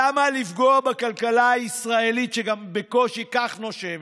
למה לפגוע בכלכלה הישראלית, שגם כך בקושי נושמת?